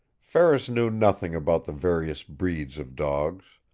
ferris knew nothing about the various breeds of dogs.